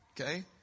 okay